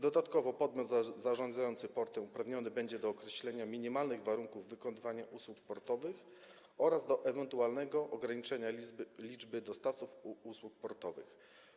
Dodatkowo podmiot zarządzający portem uprawniony będzie do określenia minimalnych warunków wykonywania usług portowych oraz do ewentualnego ograniczenia liczby dostawców usług portowych.